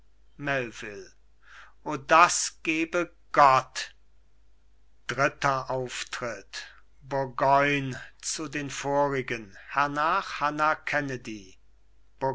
o das gebe gott burgoyn zu den vorigen hernach